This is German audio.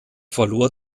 verlor